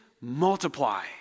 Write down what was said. multiply